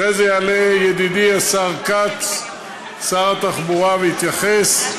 אחרי זה יעלה ידידי השר כץ, שר התחבורה, ויתייחס.